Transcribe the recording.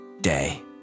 day